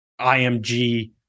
IMG